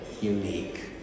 unique